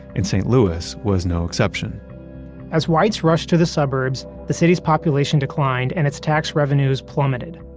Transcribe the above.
and st. louis was no exception as whites rushed to the suburbs, the city's population declined, and its tax revenues plummeted.